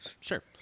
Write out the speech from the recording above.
Sure